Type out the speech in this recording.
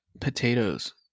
potatoes